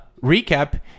recap